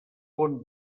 bon